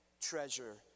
treasure